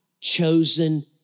chosen